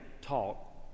talk